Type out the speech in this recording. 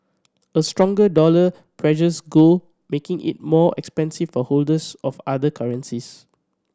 a stronger dollar pressures gold making it more expensive for holders of other currencies